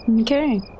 Okay